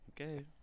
Okay